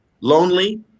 lonely